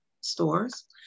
stores